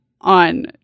on